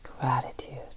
gratitude